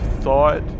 thought